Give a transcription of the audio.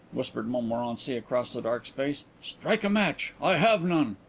whispered montmorency across the dark space, strike a match. i have none.